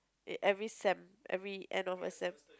every sem every end of a sem